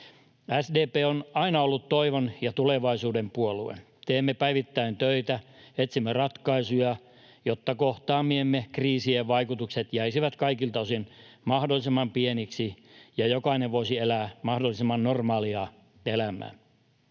SDP on aina ollut toivon ja tulevaisuuden puolue. Teemme päivittäin töitä, etsimme ratkaisuja, jotta kohtaamiemme kriisien vaikutukset jäisivät kaikilta osin mahdollisimman pieniksi ja jokainen voisi elää mahdollisimman normaalia elämää.